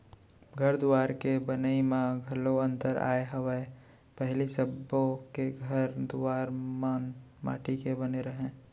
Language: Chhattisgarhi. घर दुवार के बनई म घलौ अंतर आय हवय पहिली सबो के घर दुवार मन माटी के बने रहय